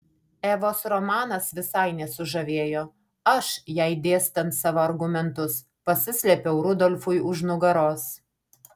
evos romanas visai nesužavėjo aš jai dėstant savo argumentus pasislėpiau rudolfui už nugaros